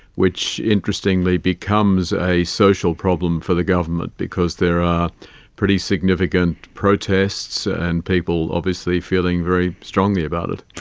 which interestingly becomes a social problem for the government because there are pretty significant protests and people obviously feeling very strongly about it.